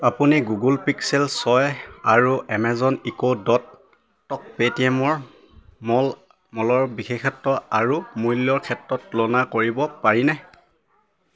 আপুনি Google Pixel ছয় আৰু আমাজন ইকো ডটক পেটিএম মল মলৰ বিশেষত্ব আৰু মূল্যৰ ক্ষেত্ৰত তুলনা কৰিব পাৰিবনে